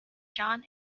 john